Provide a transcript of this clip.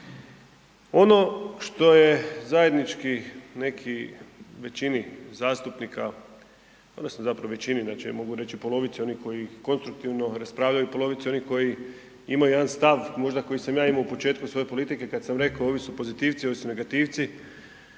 Ono što je zajednički neki većini zastupnika odnosno zapravo većini, ja mogu reći polovici onih koji konstruktivno raspravljaju, polovici onih koji imaju jedan stav možda koji sam ja imao u početku svoje politike, kad sam rekao, ovi su pozitivci, ovi su negativci,